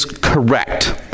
correct